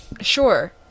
Sure